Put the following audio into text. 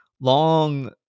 long